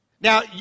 Now